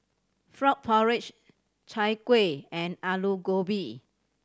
frog porridge Chai Kuih and Aloo Gobi